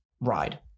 ride